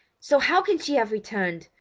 so how can she have returned?